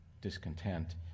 discontent